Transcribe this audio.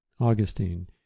Augustine